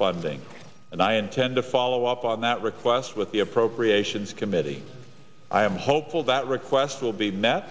funding and i intend to follow up on that request with the appropriations committee i am hopeful that request will be met